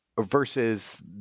versus